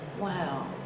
wow